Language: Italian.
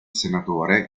senatore